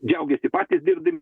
džiaugiasi patys dirbdam